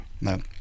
No